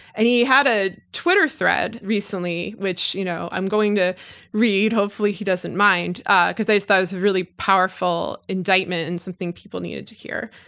and he had a twitter thread recently, which you know i'm going to read hopefully he doesn't mind because i just thought was a really powerful indictment and something people needed to hear.